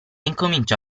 incomincia